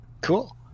Cool